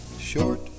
short